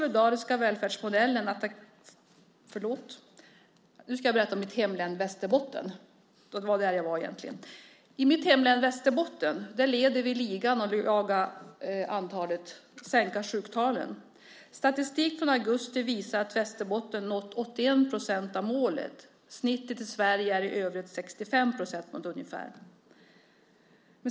I mitt hemlän Västerbotten leder vi ligan när det gäller att sänka sjuktalen. Statistik från augusti visar att Västerbotten nått 81 % av målet. Snittet i Sverige i övrigt är 65 % ungefär.